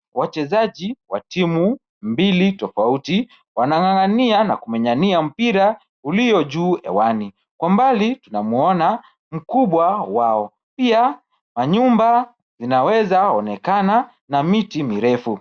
Wachezaji wa timu mbili tofauti wanang'ang'ania na kumenyania mpira ulio juu hewani, kwa mbali tunamwona mkubwa wao ,pia manyumba zinaweza onekana na miti mirefu .